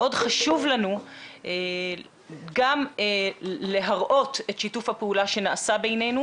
מאוד חשוב לנו גם להראות את שיתוף הפעולה שנעשה בינינו,